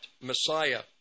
Messiah